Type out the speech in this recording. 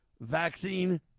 vaccine